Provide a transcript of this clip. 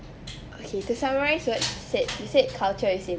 okay the summarise what you said you said culture is in